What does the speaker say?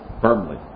firmly